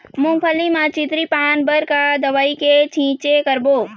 मूंगफली म चितरी पान बर का दवई के छींचे करबो?